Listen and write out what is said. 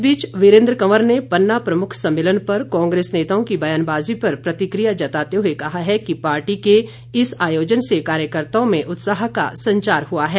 इस बीच वीरेंद्र कंवर ने पन्ना प्रमुख सम्मेलन पर कांग्रेस नेताओं की ब्यानबाजी पर प्रतिक्रिया जताते हुए कहा है कि पार्टी के इस आयोजन से कार्यकर्त्ताओं में उत्साह का संचार हुआ है